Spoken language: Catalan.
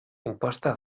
imposta